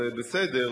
זה בסדר,